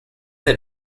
that